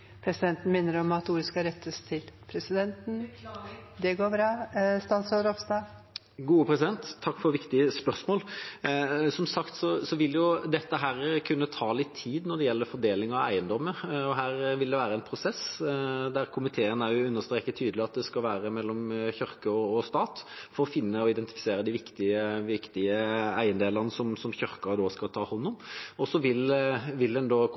Presidenten minner om at talen skal rettes til presidenten. Takk for viktige spørsmål. Som sagt vil det når det gjelder fordeling av eiendommer, kunne ta litt tid. Her vil det være en prosess – også komiteen understreker tydelig at det skal være mellom kirke og stat å finne og identifisere de viktige eiendelene som Kirken skal ta hånd om. Så vil en kontinuerlig framover jobbe med en